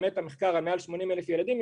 במטא-מחקר על מעל 80 אלף ילדים,